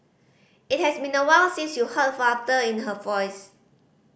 it has been awhile since you heard laughter in her voice